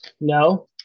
No